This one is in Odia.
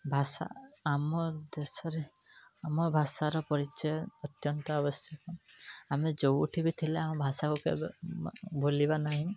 ଭାଷା ଆମ ଦେଶରେ ଆମ ଭାଷାର ପରିଚୟ ଅତ୍ୟନ୍ତ ଆବଶ୍ୟକ ଆମେ ଯେଉଁଠି ବି ଥିଲେ ଆମ ଭାଷାକୁ କେବେ ଭୁଲିବା ନାହିଁ